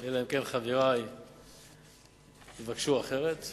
אלא אם כן חברי יבקשו אחרת.